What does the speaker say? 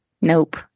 Nope